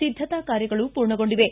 ಸಿದ್ದತಾ ಕಾರ್ಯಗಳು ಪೂರ್ಣಗೊಂಡಿವೆ